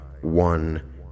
one